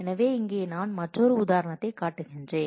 எனவே இங்கே நான் மற்றொரு உதாரணத்தைக் காட்டுகிறேன்